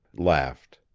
laughed.